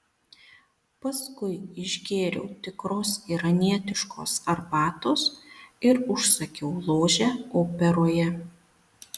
paskui išgėriau tikros iranietiškos arbatos ir užsakiau ložę operoje